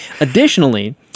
Additionally